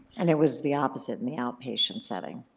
and it was the opposite in the outpatient setting,